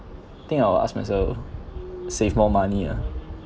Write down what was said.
think I will ask myself save more money ah